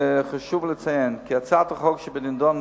חשוב לציין כי הצעת החוק שבנדון,